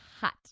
hot